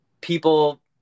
people